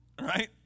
right